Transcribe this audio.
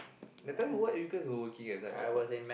that time what are you guys were working as ah at airport